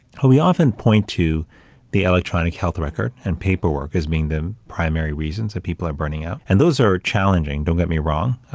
we often point to the electronic health record and paperwork as being the primary reasons that people are burning out. and those are challenging, don't get me wrong,